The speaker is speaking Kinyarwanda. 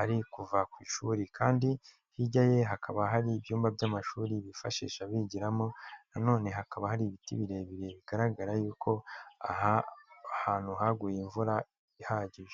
ari kuva ku ishuri, kandi hirya ye hakaba hari ibyumba by'amashuri bifashisha bigiramo, na none hakaba hari ibiti birebire bigaragara yuko aha hantu haguye imvura ihagije.